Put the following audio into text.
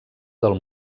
del